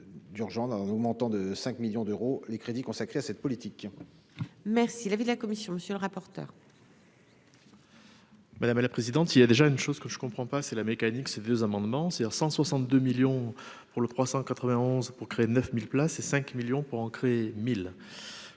d'urgent d'en augmentant de 5 millions d'euros les crédits consacrés à cette politique. Merci la avis de la commission, monsieur le rapporteur. Madame la présidente, il y a déjà une chose que je comprends pas c'est la mécanique ces deux amendements, c'est-à-dire 162 millions pour le 391 pour créer 9000 places et 5 millions pour en créer mille